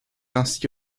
ainsi